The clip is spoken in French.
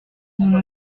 nous